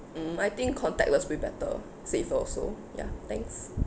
mm I think contactless will be better safer also ya thanks